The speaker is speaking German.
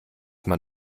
man